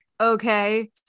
Okay